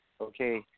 Okay